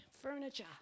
furniture